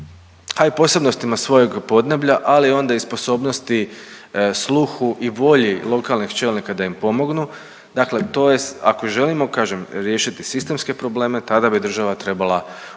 a i posebnostima svojeg podneblja ali onda i sposobnosti, sluhu i volji lokalnih čelnika da im pomognu. Dakle to je ako želimo, kažem, riješiti sistemske probleme, tada bi država trebala